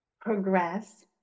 progress